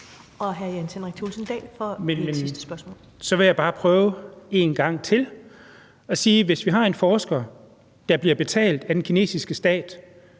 Jens Henrik Thulesen Dahl (DF): Så vil jeg bare prøve en gang til: Hvis vi har en forsker, der bliver betalt af den kinesiske stat,